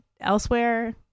elsewhere